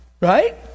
Right